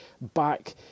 back